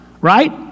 right